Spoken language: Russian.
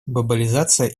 глобализация